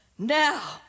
Now